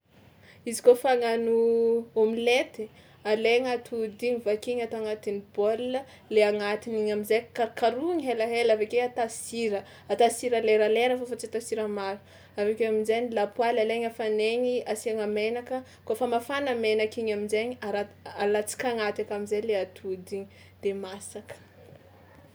Izy kaofa hagnano omelette alaigna atody igny vakiagna atao agnatin'ny bôla, le agnatin'igny am'zay karokarohina helahela avy ake ata sira ata sira leralera fao fa tsy atao sira maro, avy akeo amin-jainy lapoaly alaigna afanaigny asiana menaka, kaofa mafana menaka igny amin-jainy ara- alatsaka agnaty aka am'zay atody igny de masaka.